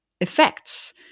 effects